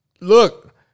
look